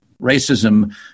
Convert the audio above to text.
racism